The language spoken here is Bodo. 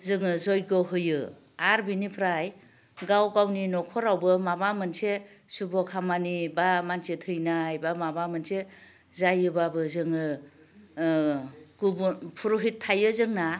जोङो जयग' होयो आरो बेनिफ्राय गावगावनि न'खरावबो माबा मोनसे सुभ' खामानि बा मानसि थैनाय बा माबा मोनसे जायोबाबो जोङो गुबुन फुर'हित थायो जोंना